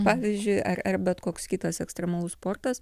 pavyzdžiui ar ar bet koks kitas ekstremalus sportas